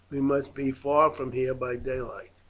we must be far from here by daylight.